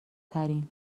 ترین